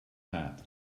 hat